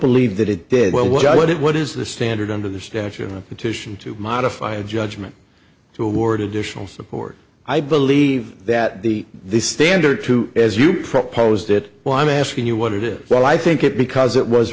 believe that it did well what it what is the standard under the statute the petition to modify a judgment to award additional support i believe that the the standard to as you proposed it what i'm asking you what it is well i think it because it was